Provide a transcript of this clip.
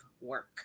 work